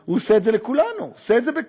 הוא עושה את זה לכולנו, הוא עושה את זה בכולם.